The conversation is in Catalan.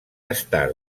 estar